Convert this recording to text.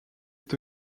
est